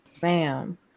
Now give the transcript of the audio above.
bam